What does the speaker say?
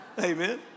Amen